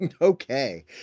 Okay